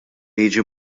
jiġi